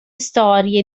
storie